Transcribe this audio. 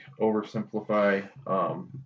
oversimplify